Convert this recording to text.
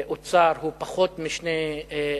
האוצר, הוא פחות מ-2%.